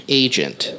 agent